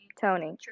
Tony